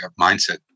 mindset